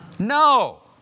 No